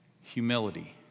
humility